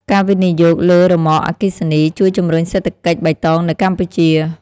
ការវិនិយោគលើរ៉ឺម៉កអគ្គិសនី ជួយជំរុញសេដ្ឋកិច្ចបៃតងនៅកម្ពុជា។